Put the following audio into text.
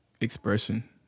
expression